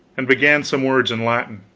and began some words in latin